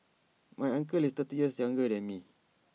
my uncle is thirty years younger than me